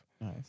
Nice